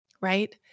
right